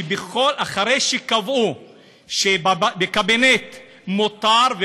שאחרי שקבעו שבקבינט מותר,